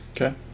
Okay